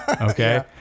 okay